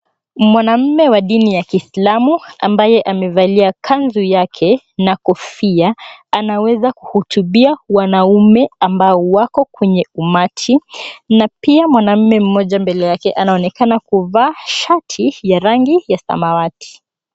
Mwanamme wa dini ya kiislamu ambaye amevalia kanzu yake na kofia anaweza kuhutubia wanaume ambao wako kwenye umati na pia mwanamme mmoja mbele yake anaonekana kuvaa shati ya rangi ya samawati.